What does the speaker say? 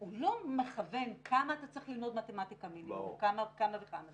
הוא לא מכוון כמה אתה צריך ללמוד מתמטיקה במינימום וכמה בכל מקצוע.